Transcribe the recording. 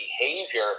behavior